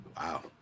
Wow